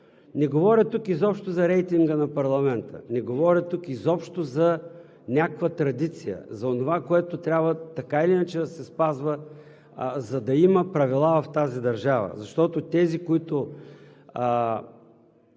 Не говоря тук изобщо за рейтинга на парламента, не говоря тук изобщо за някаква традиция, за онова, което трябва, така или иначе, да се спазва, за да има правила в тази държава, защото тези, които